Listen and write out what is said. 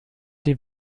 die